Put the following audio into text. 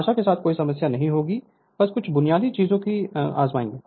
आशा के साथ कोई समस्या नहीं होगी बस कुछ बुनियादी चीजों को आज़माएं